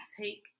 take